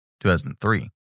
2003